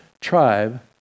tribe